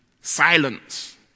silence